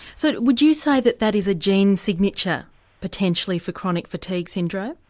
so would you say that that is a gene signature potentially for chronic fatigue syndrome?